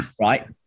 Right